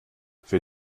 für